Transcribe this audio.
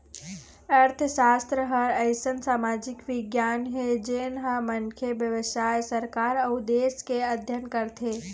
अर्थसास्त्र ह अइसन समाजिक बिग्यान हे जेन ह मनखे, बेवसाय, सरकार अउ देश के अध्ययन करथे